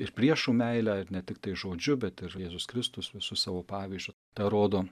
ir priešų meilę ir ne tiktai žodžiu bet ir jėzus kristus visu savo pavyzdžiu tą rodo